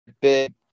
big